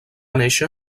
néixer